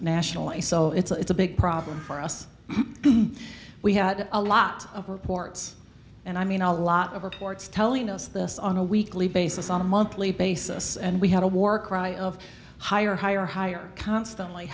nationally so it's a big problem for us we had a lot of reports and i mean a lot of reports telling us this on a weekly basis on a monthly basis and we had a war cry of higher higher higher constantly